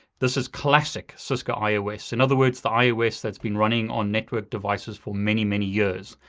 this is classic cisco ios. in other words, the ios that's been running on network devices for many, many years.